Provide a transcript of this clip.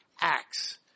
Acts